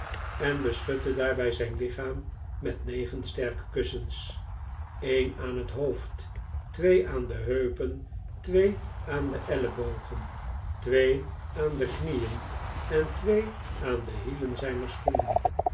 en beschutte daarbij zijn lichaam met negen sterke kussens een aan het hoofd twee aan de heupen twee aan de ellebogen twee aan de knieen en twee aan dehielen zijner schoenen